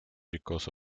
because